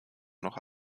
noch